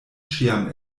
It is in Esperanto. ĉiam